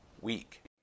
week